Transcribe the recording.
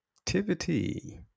activity